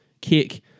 kick